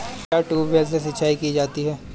क्या ट्यूबवेल से सिंचाई की जाती है?